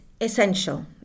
essential